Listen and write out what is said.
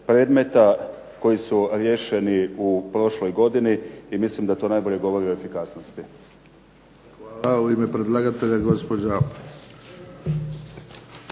predmeta koji su riješeni u prošloj godini, i mislim da to najbolje govori o efikasnosti. **Bebić, Luka (HDZ)** Hvala. U ime predlagatelja, gospođa